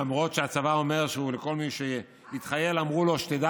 למרות שהצבא אומר שלכל מי שהתחייל אמרו לו: שתדע